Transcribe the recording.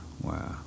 wow